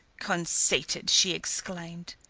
conceited! she exclaimed.